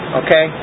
okay